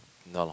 no